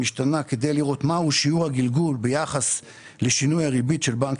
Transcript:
המצגת שאנחנו מציגים נכונה לאותה ריבית של בנק